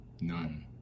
none